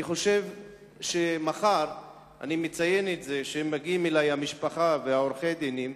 מחר יגיעו אלי המשפחה ועורכי-הדין,